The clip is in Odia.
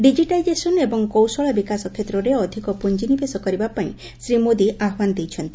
ଡିଜିଟାଇଜେସନ୍ ଏବଂ କୌଶଳ ବିକାଶ କ୍ଷେତ୍ରରେ ଅଧିକ ପୁଞ୍ଜିନିବେଶ କରିବାପାଇଁ ଶ୍ରୀ ମୋଦି ଆହ୍ୱାନ ଦେଇଛନ୍ତି